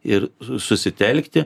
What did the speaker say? ir susitelkti